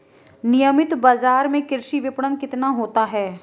नियमित बाज़ार में कृषि विपणन कितना होता है?